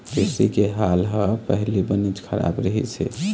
कृषि के हाल ह पहिली बनेच खराब रहिस हे